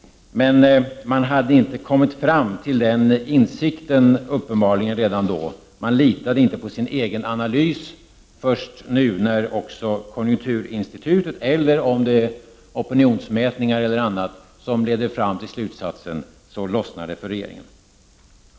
Men man hade uppenbarli gen inte kommit fram till den insikten redan då; man litade inte på sin egen analys. Först nu när också konjunkturinstitutet kommit med sin analys, eller om det är opinionsmätningar eller annat som har lett fram till slutsatsen, lossnar det för regeringen.